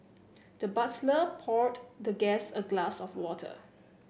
the butler poured the guest a glass of water